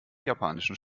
japanischen